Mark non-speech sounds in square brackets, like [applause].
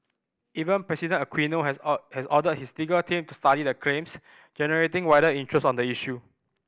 Even President Aquino has [unintelligible] has ordered his legal team to study the claims generating wider interest on the issue